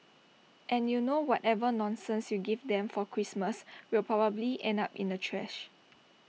and you know whatever nonsense you give them for Christmas will probably end up in the trash